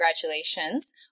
Congratulations